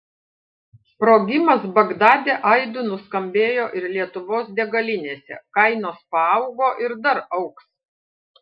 sprogimas bagdade aidu nuskambėjo ir lietuvos degalinėse kainos paaugo ir dar augs